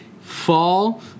Fall